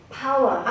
power